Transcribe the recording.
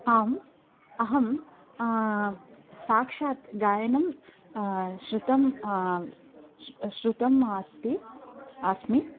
आम् अहं साक्षात् गायनं श्रुतं श्रुतम् अस्ति अस्मि